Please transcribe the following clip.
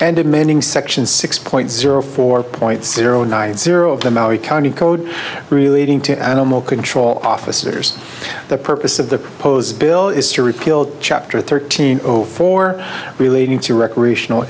and amending section six point zero four point zero nine zero of the maui county code relating to animal control officers the purpose of the proposed bill is to repeal chapter thirteen zero four relating to recreational